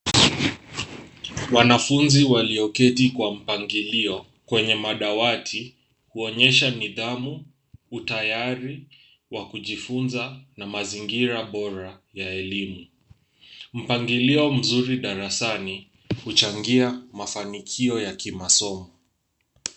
Wanafunzi walioketi kwa mpangilio kwenye madawati huonyesha nidhamu, utayari wa kujifunza na mazingira bora ya elimu. Mpangilio mzuri darasani huchangia mafanikio ya kimasomo.